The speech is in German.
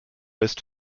ist